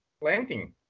planting